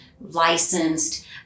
licensed